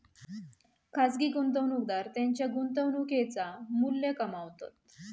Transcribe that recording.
खाजगी गुंतवणूकदार त्येंच्या गुंतवणुकेचा मू्ल्य कमावतत